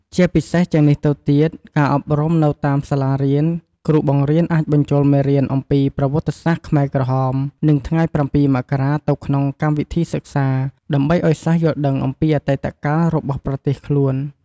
ពិសេសជាងនេះទៅទៀតការអប់រំនៅតាមសាលារៀនគ្រូបង្រៀនអាចបញ្ចូលមេរៀនអំពីប្រវត្តិសាស្ត្រខ្មែរក្រហម និងថ្ងៃ៧ មករា ទៅក្នុងកម្មវិធីសិក្សា ដើម្បីឲ្យសិស្សយល់ដឹងពីអតីតកាលរបស់ប្រទេសខ្លួន។